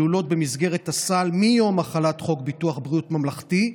הן כלולות במסגרת הסל מיום החלת חוק ביטוח בריאות ממלכתי,